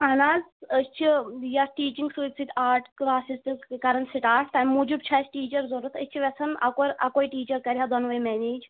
اَہن حظ أسۍ چھِ یَتھ ٹیٖچِنٛگ سۭتۍ سۭتۍ آرٹ کٕلاسز تہِ کَرَان سٹاٹ تَمہِ موٗجوٗب چھِ اَسہِ ٹیٖچر ضوٚرَتھ أسۍ چھِ ٮ۪ژھان اَکور اَکوے ٹیٖچَر کَرِ ہا دۄنوَے مینیج